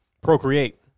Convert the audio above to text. procreate